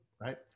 right